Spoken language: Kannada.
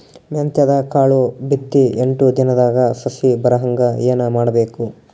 ಮೆಂತ್ಯದ ಕಾಳು ಬಿತ್ತಿ ಎಂಟು ದಿನದಾಗ ಸಸಿ ಬರಹಂಗ ಏನ ಮಾಡಬೇಕು?